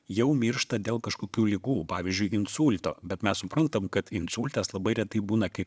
jau miršta dėl kažkokių ligų pavyzdžiui insulto bet mes suprantam kad insultas labai retai būna kaip